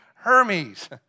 Hermes